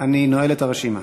אני נועל את הרשימה.